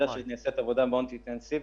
אבל אני יודע שנעשית עבודה מאוד אינטנסיבית